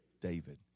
David